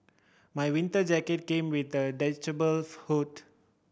my winter jacket came with a hood